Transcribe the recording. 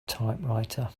typewriter